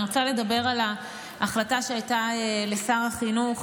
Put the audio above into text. אני רוצה לדבר על ההחלטה שהייתה לשר החינוך